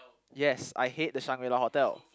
yes I hate the Shangri-La hotel